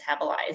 metabolized